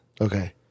Okay